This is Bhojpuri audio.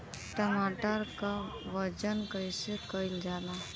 टमाटर क वजन कईसे कईल जाला?